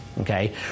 Okay